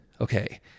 okay